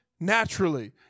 Naturally